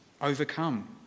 overcome